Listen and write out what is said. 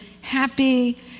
happy